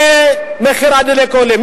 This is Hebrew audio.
מחיר הדלק עולה.